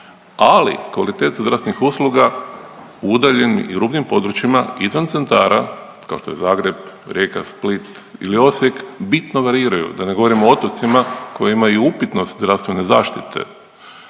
ali kvaliteta zdravstvenih usluga u udaljenim i rubnim područjima izvan centara kao što je Zagreb, Rijeka, Split ili Osijek, bitno variraju, da ne govorim o otocima koji imaju upitnost zdravstvene zaštite.